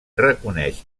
reconeix